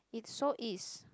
it so is